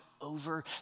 over